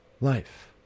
life